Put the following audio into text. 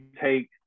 take